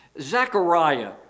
Zechariah